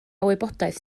wybodaeth